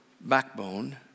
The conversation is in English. backbone